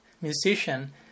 musician